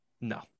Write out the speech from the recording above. No